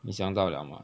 你想到了吗